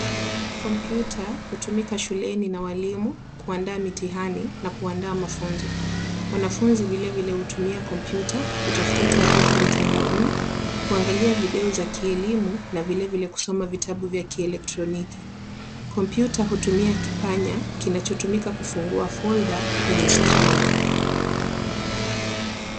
Computer , hutumika shuleni na walimu kuandaa mitihani na kuandaa mafunzo. Wanafunzi vilevile hutumia Computer kutafuta taarifa mitandaoni, kuangalia video za kielimu na vilevile kusoma vitabu vya kielektroniki. Kompyuta hutumia kipanya kinachotumika kufungua folder kwenye skrini.